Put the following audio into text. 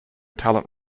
talent